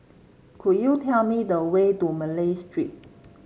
could you tell me the way to Malay Street